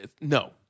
no